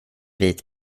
vit